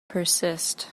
persist